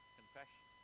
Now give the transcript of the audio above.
confession